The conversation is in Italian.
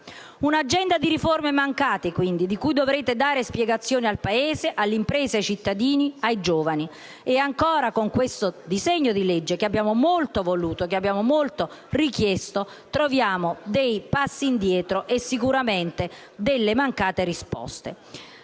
Una agenda di riforme mancate, quindi, di cui dovrete dare spiegazioni al Paese, alle imprese, ai cittadini, ai giovani. E ancora, con questo disegno di legge, che abbiamo molto voluto e richiesto, troviamo passi indietro e sicuramente mancate risposte.